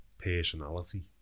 personality